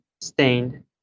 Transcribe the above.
stained